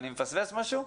אני מפספס משהו?